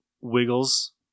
wiggles